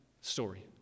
story